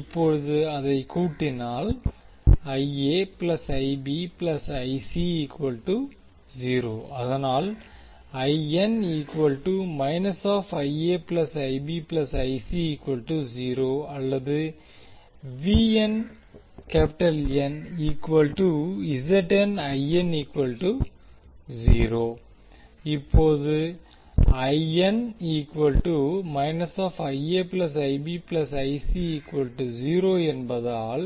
இப்போது அதை கூட்டினால் அதனால் அல்லது இப்போது என்பதால்